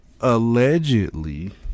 Allegedly